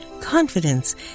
confidence